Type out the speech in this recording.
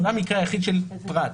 זה מקרה היחיד של פרט,